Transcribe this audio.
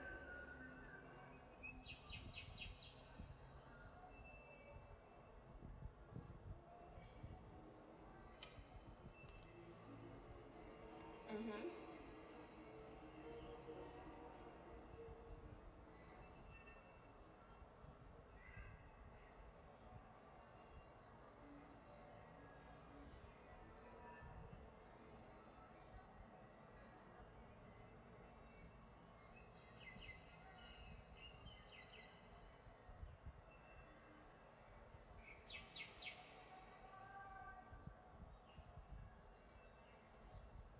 mmhmm